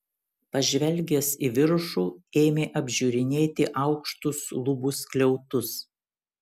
pažvelgęs į viršų ėmė apžiūrinėti aukštus lubų skliautus